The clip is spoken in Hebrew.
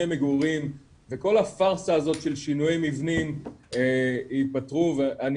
מגורים וכל הפארסה הזאת של שינויי מבנים ייפתרו ואני